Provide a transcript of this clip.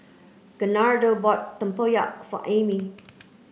Gerardo bought Tempoyak for Ami